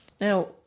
Now